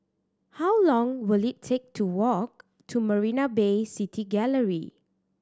how long will it take to walk to Marina Bay City Gallery